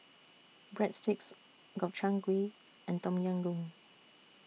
Breadsticks Gobchang Gui and Tom Yam Goong